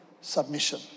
submission